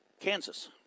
Kansas